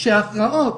זה המסר שלי.